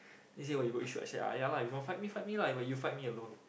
then he say what you go shou~ ah ya lah you want fight me fight me lah but you fight me alone